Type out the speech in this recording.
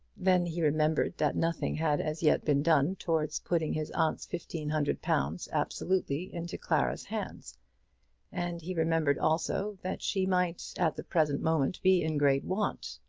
then he remembered that nothing had as yet been done towards putting his aunt's fifteen hundred pounds absolutely into clara's hands and he remembered also that she might at the present moment be in great want.